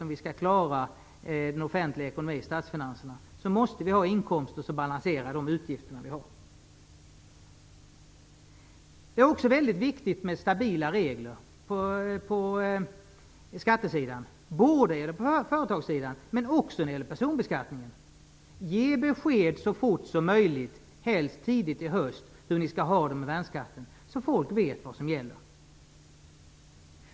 Om vi skall klara den offentliga ekonomin och statsfinanserna måste vi ha inkomster som balanserar de utgifter vi har. Det är också väldigt viktigt med stabila regler på skattesidan, både vad gäller företagsbeskattning och personbeskattning. Ge besked så fort som möjligt, helst tidigt i höst, om hur ni skall ha det med värnskatten, så att folk vet vad som gäller!